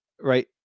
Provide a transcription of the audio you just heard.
right